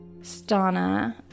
stana